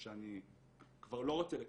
ושאני כבר לא רוצה לקבל,